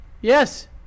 Yes